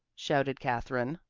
shouted katherine.